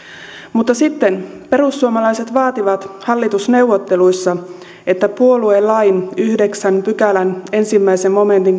mutta sitten perussuomalaiset vaativat hallitusneuvotteluissa että puoluelain yhdeksännen pykälän ensimmäisen momentin